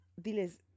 Diles